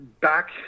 back